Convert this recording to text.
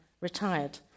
Retired